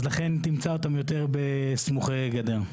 אז לכן, תמצא אותם יותר סמוכי גדר.